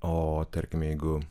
o tarkime jeigu